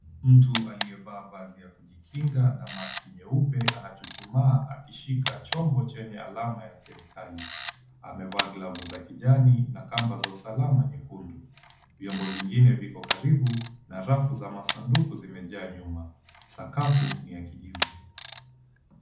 Mtu aliyevaa vazi la kujikinga na maski nyeupe anachuchumaa akishika chombo chenye alama ya kemikali. Amevaa glovu za kijani na kamba za kisalama nyekundu. Vyombo vingine viko karibu na rafu za masanduku zimejaa nyuma. Sakafu ni ya kijivu.